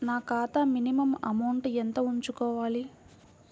నా ఖాతా minimum amount ఎంత ఉంచుకోవాలి?